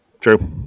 True